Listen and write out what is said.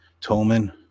Tolman